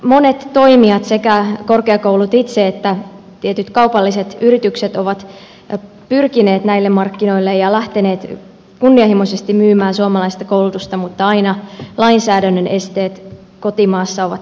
monet toimijat sekä korkeakoulut itse että tietyt kaupalliset yritykset ovat pyrkineet näille markkinoille ja lähteneet kunnianhimoisesti myymään suomalaista koulutusta mutta aina lainsäädännön esteet kotimaassa ovat